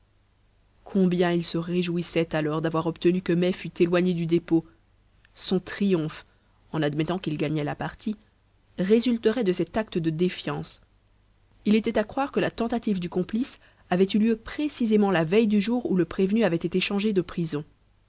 combien il se réjouissait alors d'avoir obtenu que mai fût éloigné du dépôt son triomphe en admettant qu'il gagnât la partie résulterait de cet acte de défiance il était à croire que la tentative du complice avait eu lieu précisément la veille du jour où le prévenu avait été changé de prison